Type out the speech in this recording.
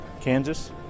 Kansas